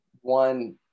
one